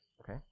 Okay